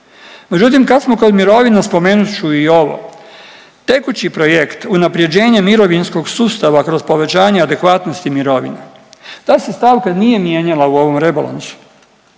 Međutim kad smo kod mirovina spomenut ću i ovo, tekući projekt unaprjeđenje mirovinskog sustava kroz povećanje adekvatnosti mirovina, ta se stavka nije mijenjala u ovom rebalansu